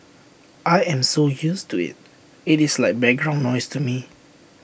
I am so used to IT it is like background noise to me